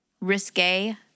risque